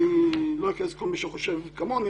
אני לא אכנס לכל מי שחושב כמוני,